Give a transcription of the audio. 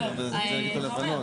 כולם?